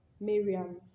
Miriam